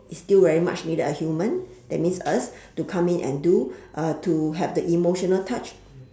it's still very much needed a human that means us to come in and do uh to have the emotional touch